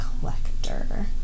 collector